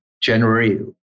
January